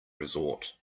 resort